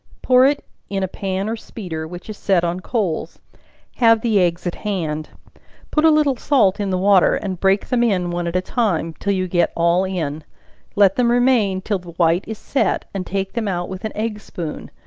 pour it in a pan or speeder, which is set on coals have the eggs at hand put a little salt in the water, and break them in, one at a time, till you get all in let them remain till the white is set, and take them out with an egg-spoon,